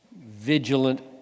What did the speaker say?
vigilant